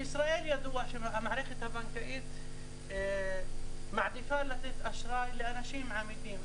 בישראל ידוע שהמערכת הבנקאית מעדיפה לתת אשראי לאנשים אמידים,